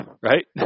Right